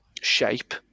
shape